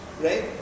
right